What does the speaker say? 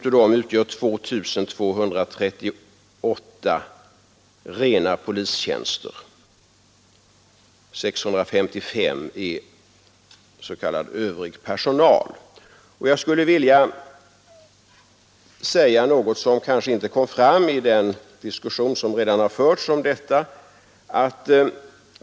Av dem utgör 2238 rena polistjänster och 655 är s.k. övrig personal. Jag skulle vilja peka på något som kanske inte kom fram i den diskussion som redan förts om detta.